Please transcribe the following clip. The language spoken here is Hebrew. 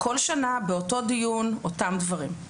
כל שנה באותו דיון אותם דברים.